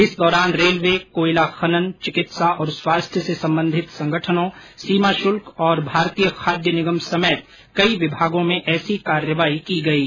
इस दौरान रेलवे कोयला खनन चिकित्सा और स्वास्थ्य से संबंधित संगठनों सीमा शुल्क और भारतीय खाद्य निगम समेत कई विभागों में ऐसी कार्रवाई की गयी